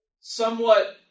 somewhat